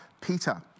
Peter